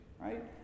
right